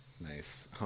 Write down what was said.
Nice